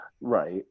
Right